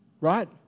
Right